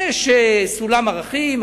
יש סולם ערכים,